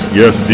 yes